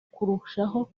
kurushaho